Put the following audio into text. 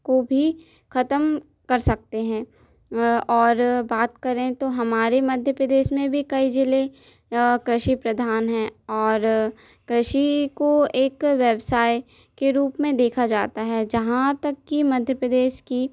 को भी ख़त्म कर सकते हैं और बात करें तो हमारे मध्य प्रदेश में भी कई ज़िले कृषि प्रधान हैं और कृषि को एक व्यवसाय के रूप में देखा जाता है जहाँ तक कि मध्य प्रदेश की